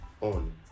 on